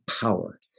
power